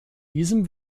diesem